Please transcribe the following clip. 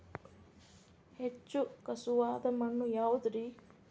ಹೆಚ್ಚು ಖಸುವಾದ ಮಣ್ಣು ಯಾವುದು ರಿ?